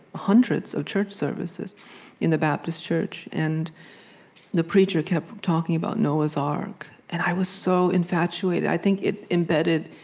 hundreds of church services in the baptist church. and the preacher kept talking about noah's ark, and i was so infatuated. i think it embedded